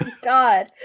God